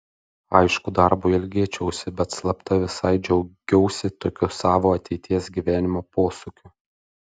aišku darbo ilgėčiausi bet slapta visai džiaugiausi tokiu savo ateities gyvenimo posūkiu